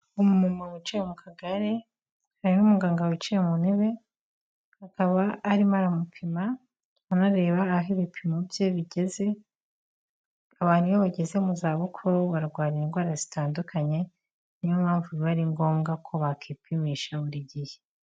Umumama wicaye mu kagare, hari n'umuganga wicaye mu ntebe, akaba arimo aramupima anareba aho ibipimo bye bigeze. Abantu iyo bageze mu za bukuru barwara indwara zitandukanye, niyo mpamvu biba ari ngombwa ko bakipimisha buri gihe.